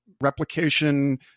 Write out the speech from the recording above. replication